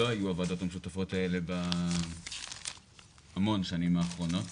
מכיוון שלא היו הוועדות המשותפות האלה בהמון שנים האחרונות.